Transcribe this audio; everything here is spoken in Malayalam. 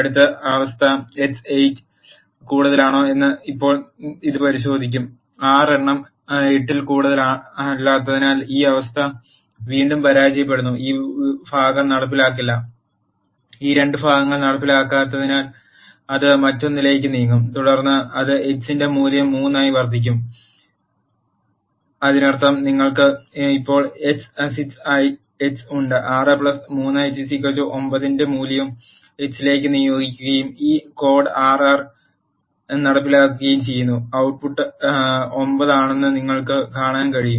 അടുത്ത അവസ്ഥ x 8 ൽ കൂടുതലാണോ എന്ന് ഇപ്പോൾ ഇത് പരിശോധിക്കും 6 എണ്ണം 8 ൽ കൂടുതലല്ലാത്തതിനാൽ ഈ അവസ്ഥ വീണ്ടും പരാജയപ്പെടുന്നു ഈ ഭാഗം നടപ്പിലാക്കില്ല ഈ 2 ഭാഗങ്ങൾ നടപ്പിലാക്കാത്തതിനാൽ അത് മറ്റൊന്നിലേക്ക് നീങ്ങും തുടർന്ന് അത് x ന്റെ മൂല്യം 3 ആയി വർദ്ധിപ്പിക്കും അതിനർത്ഥം നിങ്ങൾക്ക് ഇപ്പോൾ x 6 ആയി x ഉണ്ട് 6 3 9 ഉം 9 ന്റെ മൂല്യം x ലേക്ക് നിയോഗിക്കുകയും ഈ കോഡ് ആർ ആർ ൽ നടപ്പിലാക്കുകയും ചെയ്യുന്നു output ട്ട് പുട്ട് 9 ആണെന്ന് നിങ്ങൾക്ക് കാണാൻ കഴിയും